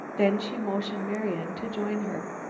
then she motioned marian to join her.